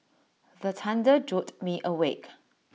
the thunder jolt me awake